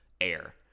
air